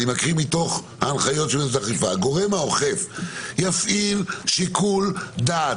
אני מקריא מתוך ההנחיות של המינהלת: "הגורם האוכף יפעיל שיקול דעת